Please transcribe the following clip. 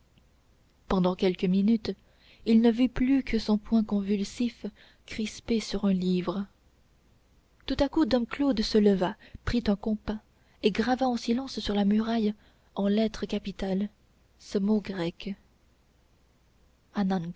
pendant quelques minutes il ne vit plus que son poing convulsif crispé sur un livre tout à coup dom claude se leva prit un compas et grava en silence sur la muraille en lettres capitales ce mot grec